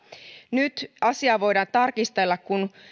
nyt asiaa voidaan tarkistella kun